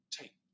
take